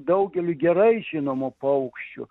daugeliui gerai žinomų paukščių